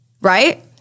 Right